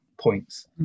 points